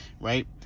right